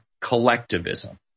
collectivism